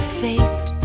fate